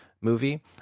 movie